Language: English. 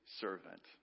servant